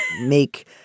make